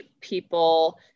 people